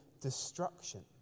destruction